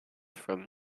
from